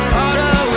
auto